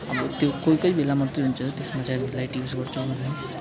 अब त्यो कोही कोही बेला मात्रै हुन्छ त्यसमा चाहिँ हामी लाइट युज गर्छौँ